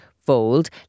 fold